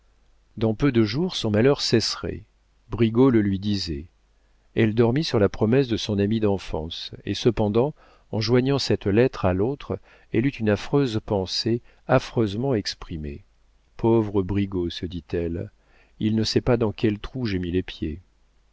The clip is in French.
dans peu de jours son malheur cesserait brigaut le lui disait elle dormit sur la promesse de son ami d'enfance et cependant en joignant cette lettre à l'autre elle eut une affreuse pensée affreusement exprimée pauvre brigaut se dit-elle il ne sait pas dans quel trou j'ai mis les pieds